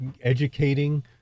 educating